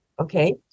okay